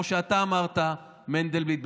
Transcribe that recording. מנדלבליט,